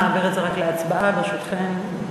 נעביר את זה רק להצבעה, ברשותכם וברשותך.